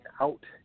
out